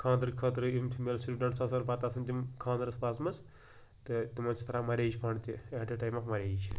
خانٛدرٕ خٲطرٕ یِم فیٖمیل سٹوٗڈَنٛٹٕس آسیٚن پتہٕ آسیٚن تِم خانٛدرَس واژمَژٕ تہٕ تِمَن چھُ تران مَریج فَنڈ تہِ at the time of marriage